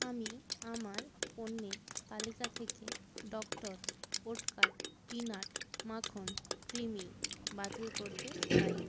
আমি আমার পণ্যের তালিকা থেকে ডক্টর ওটকার পিনাট মাখন ক্রিম বাতিল করতে চাই